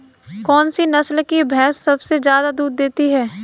कौन सी नस्ल की भैंस सबसे ज्यादा दूध देती है?